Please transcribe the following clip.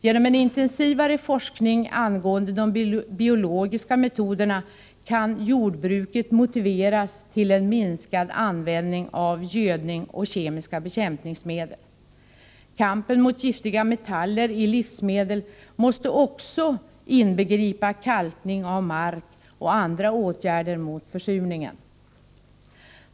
Genom en intensivare forskning angående de biologiska metoderna kan jordbruket motiveras till en minskad användning av gödning och kemiska bekämpningsmedel. Kampen mot giftiga metaller i livsmedel måste också inbegripa kalkning av mark och andra åtgärder mot försurningen.